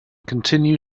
continue